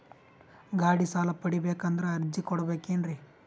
ಗಾಡಿ ಸಾಲ ಪಡಿಬೇಕಂದರ ಅರ್ಜಿ ಕೊಡಬೇಕೆನ್ರಿ?